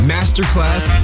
Masterclass